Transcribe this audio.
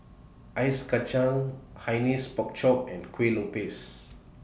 Ice Kachang Hainanese Pork Chop and Kueh Lopes